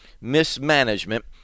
Mismanagement